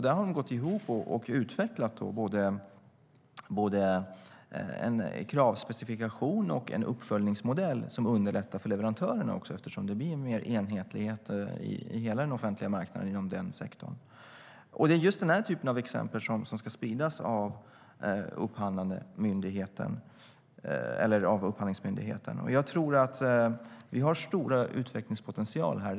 De har gått ihop och utvecklat både en kravspecifikation och en uppföljningsmodell som underlättar också för leverantörerna, eftersom det blir mer enhetlighet i hela den offentliga marknaden inom den sektorn. Det är just den typen av exempel som ska spridas av Upphandlingsmyndigheten. Jag tror att vi har en stor utvecklingspotential här.